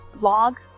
log